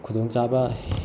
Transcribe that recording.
ꯈꯨꯗꯣꯡ ꯆꯥꯕ